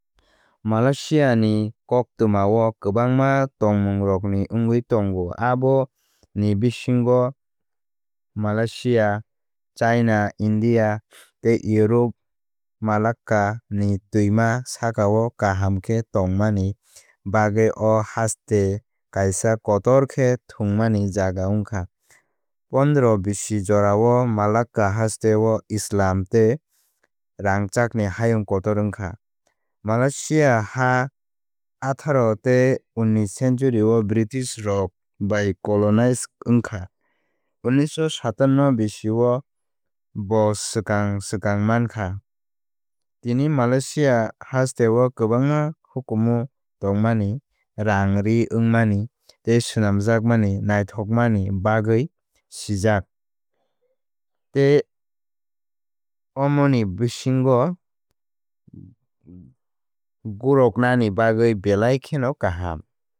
Malaysiani koktwmao kwbangma tongmungrokni wngwi tongo aboni bisingo Malaysia China India tei Europe. Malacca ni twima sakao kaham khe tongmani bagwi o haste kaisa kotor khe thwngmani jaga wngkha. Pondoroh bisi jorao Malacca hasteo Islam tei rangchakni hayung kotor wngkha. Malaysia ha atharo tei unnish century o British rok bai colonize wngkha unnisho satanno bisi o bo swkang swkang mankha. Tini Malaysia hasteo kwbangma hukumu tongmani rangri wngmani tei swnamjakmani naithokmani bagwi sijak. Tei om oni bisingu gorok nani bagui belai khenw kaham.